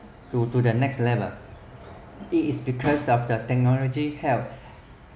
to to the next level it is because of the technology helps